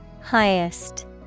Highest